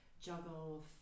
juggle